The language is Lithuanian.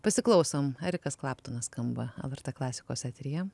pasiklausom erikas klaptonas skamba lrt klasikos eteryje